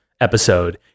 episode